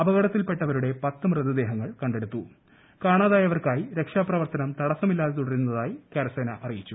അപകടത്തിൽ പെട്ടവരുടെ പത്ത് മൃതദേഹങ്ങൾ കണ്ടെടുത്തുക്കു കാണാതായവർക്കായി രക്ഷാപ്രവർത്തനം തടസ്സമില്ലാതെ പ്ര കൃതുട്രുന്നതായി കരസേന അറിയിച്ചു